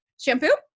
Shampoo